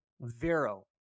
Vero